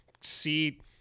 See